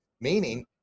meaning